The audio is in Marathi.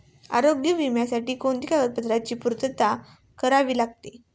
आरोग्य विम्यासाठी कोणत्या कागदपत्रांची पूर्तता करावी लागते?